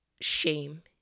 shame